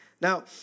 Now